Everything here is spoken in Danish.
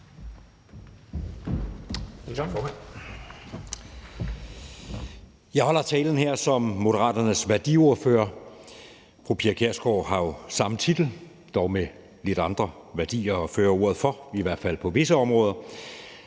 Jeg holder talen her som Moderaternes værdiordfører. Fru Pia Kjærsgaard har jo samme titel, dog med lidt andre værdier at føre ordet for, i hvert fald på visse områder.